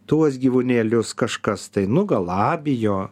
tuos gyvūnėlius kažkas tai nugalabijo